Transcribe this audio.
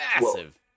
massive